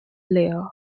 layer